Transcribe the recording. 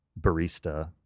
barista